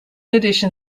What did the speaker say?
addition